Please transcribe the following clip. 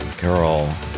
Girl